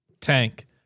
Tank